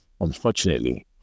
unfortunately